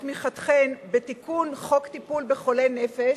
את תמיכתכם בתיקון חוק טיפול בחולי נפש,